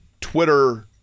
twitter